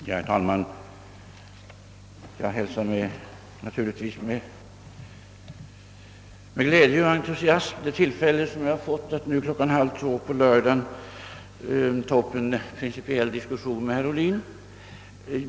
Herr talman! Jag hälsar naturligtvis med glädje och entusiasm det tillfälle som jag fått att nu, klockan halv två på lördagen, ta upp en principiell diskussion med herr Ohlin!